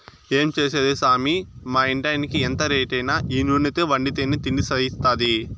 ఏం చేసేది సామీ మా ఇంటాయినకి ఎంత రేటైనా ఈ నూనెతో వండితేనే తిండి సయిత్తాది